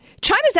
China's